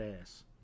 ass